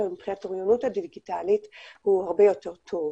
מבחינת האוריינות הדיגיטלית הוא הרבה יותר טוב,